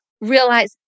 realize